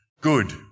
good